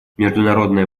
международная